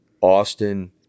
austin